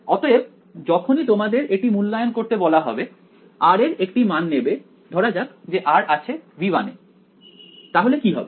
অতএব যখনই তোমাদের এটি মূল্যায়ন করতে বলা হবে r এর একটি মান নেবে ধরা যাক যে r আছে V1 এ তাহলে কি হবে